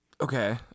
Okay